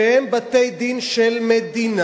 שהם בתי-דין של מדינה.